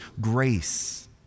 grace